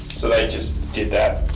so they just did that?